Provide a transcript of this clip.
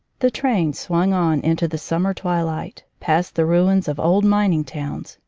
the train swung on into the summer twi light, past the ruins of old mining-towns,